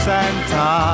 Santa